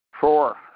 Four